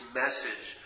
message